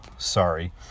Sorry